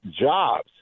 jobs